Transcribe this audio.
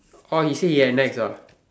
orh he say he at NEX ah